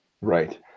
Right